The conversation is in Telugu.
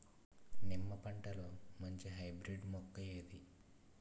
నిమ్మ పంటలో మంచి హైబ్రిడ్ మొక్క ఏది?